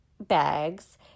bags